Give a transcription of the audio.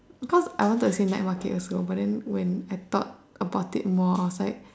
because I want to say night market also but then when I thought about it more I was like